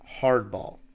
hardball